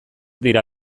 dira